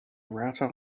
router